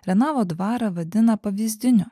renavo dvarą vadina pavyzdiniu